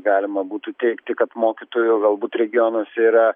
galima būtų teigti kad mokytojų galbūt regionuose yra